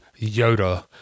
Yoda